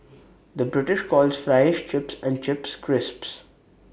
the British calls Fries Chips and Chips Crisps